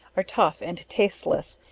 are tough and tasteless,